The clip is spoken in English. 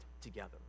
together